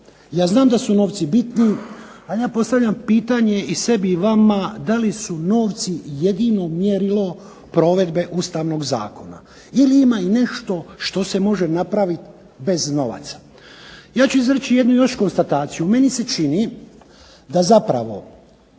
Ja znam da su novci bitni, ali ja postavljam pitanje i sebi i vama da li su novci jedino mjerilo provedbe Ustavnog zakona ili ima i nešto što se može napravit bez novaca. Ja ću izreći jednu još konstataciju, meni se čini da zapravo